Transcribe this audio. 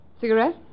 Cigarette